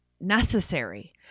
necessary